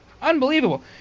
Unbelievable